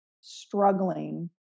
struggling